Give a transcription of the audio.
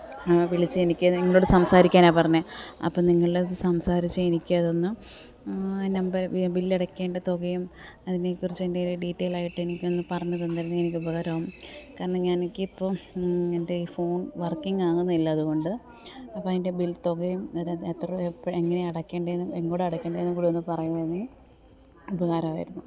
വിളിച്ചു എനിക്ക് അത് ഇങ്ങോട്ട് സംസാരിക്കാനാണ് പറഞ്ഞത് അപ്പം നിങ്ങൾ അത് സംസാരിച്ചു എനിക്ക് അതൊന്ന് നമ്പർ ബില്ലടയ്ജക്കേണ്ട തുകയും അതിനെ കുറിച്ച് ഐൻ്റെ ഒരു ഡീറ്റെയിൽ ആയിട്ട് എനിക്ക് ഒന്നു പറഞ്ഞു തന്നിരുന്നെങ്കിൽ എനിക്ക് ഉപകാരമാവും കാരണം ഞാൻ എനിക്ക് ഇപ്പം എൻ്റെ ഈ ഫോൺ അടയ്ക്കേണ്ടത് ആവുന്നില്ല അതുകൊണ്ട് അപ്പം അതിൻ്റെ ബിൽ തുകയും എത്ര അടയ്ക്കേണ്ടത് എന്നും ഒന്നു കൂടെ ഒന്ന് പറയുമായിരുന്നെങ്കിൽ ഉപകാരമായിരുന്നു